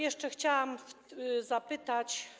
Jeszcze chciałam zapytać.